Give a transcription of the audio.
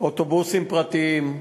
לגבי אוטובוסים פרטיים,